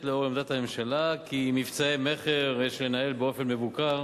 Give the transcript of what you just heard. לנוכח עמדת הממשלה שמבצעי מכר יש לנהל באופן מבוקר